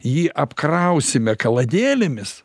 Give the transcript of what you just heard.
jį apkrausime kaladėlėmis